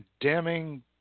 condemning